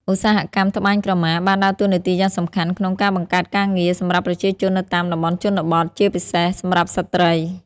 ឧស្សាហកម្មត្បាញក្រមាបានដើរតួនាទីយ៉ាងសំខាន់ក្នុង ការបង្កើតការងារ សម្រាប់ប្រជាជននៅតាមតំបន់ជនបទ ជាពិសេសសម្រាប់ស្ត្រី។